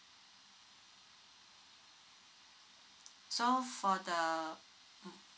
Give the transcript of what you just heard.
so for the